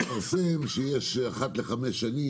התפרסם שאחת לחמש שנים,